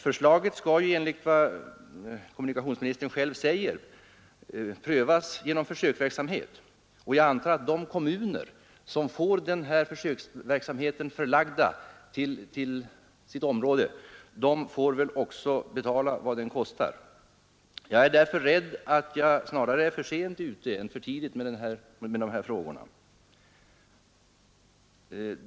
Förslaget skall, enligt vad kommunikationsministern själv säger, prövas genom försöksverksamhet, och jag antar att de kommuner som får denna försöksverksamhet förlagd till sitt område också måste betala vad den kostar. Jag är därför rädd att jag snarare är för sent än för tidigt ute med dessa frågor.